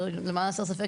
שלמען הסר ספק,